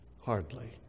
Hardly